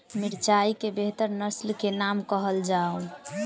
मिर्चाई केँ बेहतर नस्ल केँ नाम कहल जाउ?